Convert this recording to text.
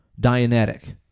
Dianetic